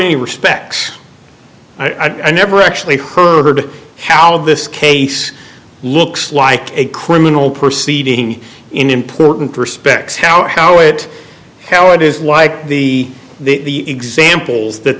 any respects i never actually heard how this case looks like a criminal proceeding in important respects how how it how it is like the the examples that